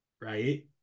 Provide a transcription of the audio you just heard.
right